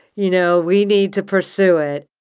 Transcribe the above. you know we need to pursue it.